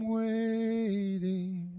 waiting